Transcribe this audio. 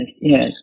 yes